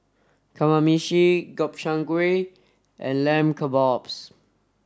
Kamameshi Gobchang Gui and Lamb Kebabs